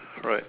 right